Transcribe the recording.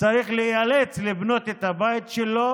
צריך להיאלץ לבנות את הבית שלו